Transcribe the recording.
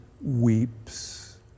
weeps